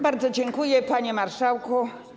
Bardzo dziękuję, panie marszałku.